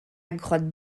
grotte